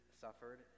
suffered